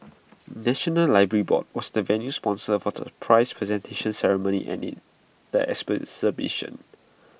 National Library board was the venue sponsor for the prize presentation ceremony and IT the